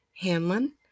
Hanlon